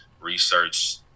research